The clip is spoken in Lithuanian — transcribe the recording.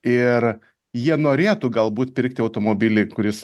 ir jie norėtų galbūt pirkti automobilį kuris